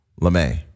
LeMay